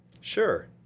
Sure